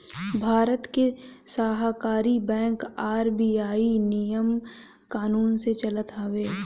भारत के सहकारी bank RBI नियम कानून से चलत हवे